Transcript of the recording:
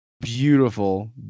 beautiful